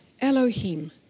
Elohim